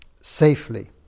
safely